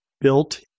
built